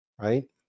right